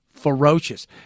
ferocious